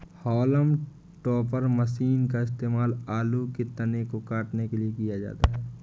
haulm topper machine का इस्तेमाल आलू के तने को काटने के लिए किया जाता है